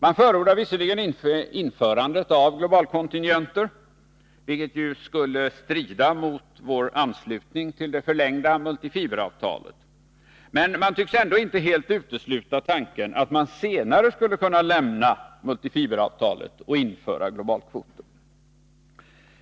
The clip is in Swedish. Man förordar visserligen inte införandet av globalkontingenter, vilket skulle strida mot vår anslutning till det förlängda multifiberavtalet, men man tycks ändå inte helt utesluta tanken att man senare skulle kunna lämna multifiberavtalet och införa globalkvoter.